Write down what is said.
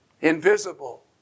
invisible